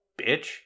bitch